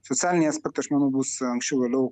socialiniai aspektai aš manau bus anksčiau vėliau